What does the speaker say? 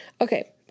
okay